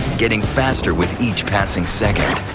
getting faster with each passing second.